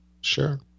Sure